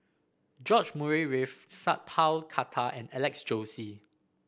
George Murray Reith Sat Pal Khattar and Alex Josey